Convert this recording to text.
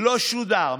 לא שודר,